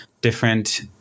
different